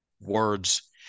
words